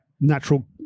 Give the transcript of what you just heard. natural